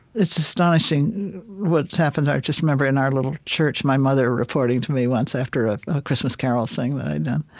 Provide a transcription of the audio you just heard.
it's astonishing what's happened. i just remember, in our little church, my mother reporting to me once after a christmas carol sing that i'd done.